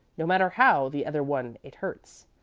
no matter how the other one it hurts,